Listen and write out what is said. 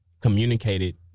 communicated